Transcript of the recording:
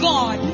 God